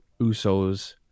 Usos